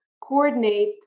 coordinate